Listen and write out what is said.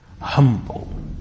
Humble